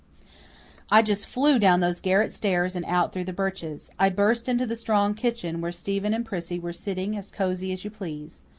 i just flew down those garret stairs and out through the birches. i burst into the strong kitchen, where stephen and prissy were sitting as cozy as you please.